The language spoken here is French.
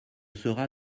sera